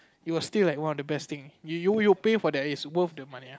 it was still like one of the best thing you you will pay for that it's worth the money